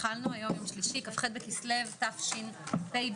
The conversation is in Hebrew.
היום יום שלישי כ"ח בכסלו התשפ"ב,